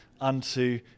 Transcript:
unto